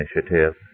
initiative